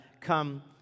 come